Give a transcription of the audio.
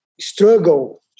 struggle